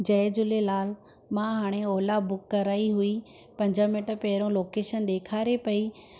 जय झूलेलाल मां हाणे ओला बुक कराई हुई पंज मिंट पहिरों लोकेशन ॾेखारे पई